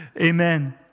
Amen